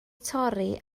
torri